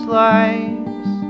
lives